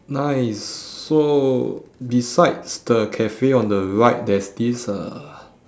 nice so besides the cafe on the right there's this uh